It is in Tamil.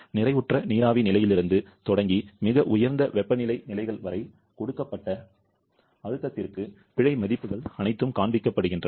நிறைவுற்ற நீராவி நிலையிலிருந்து தொடங்கி மிக உயர்ந்த வெப்பநிலை நிலைகள் வரை கொடுக்கப்பட்ட அழுத்தத்திற்கு பிழை மதிப்புகள் அனைத்தும் காண்பிக்கப்படுகின்றன